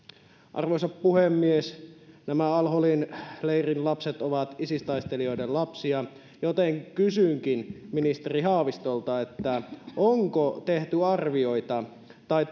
arvoisa puhemies nämä al holin leirin lapset ovat isis taistelijoiden lapsia joten kysynkin ministeri haavistolta onko tehty arvioita tai